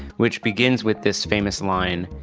which begins with this famous line,